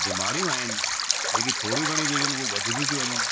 बीमारियूं आहिनि जेकी थोरी घणियूं थी हुजनि उहो वधनि थियूं थी वञनि